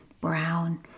brown